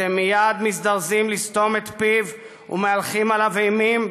אתם מייד מזדרזים לסתום את פיו ומהלכים עליו אימים,